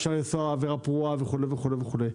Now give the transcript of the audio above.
אפשר לנסוע בצורה פרועה וכולי וכולי.